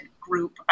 group